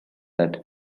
that